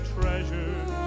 treasures